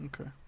okay